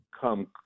come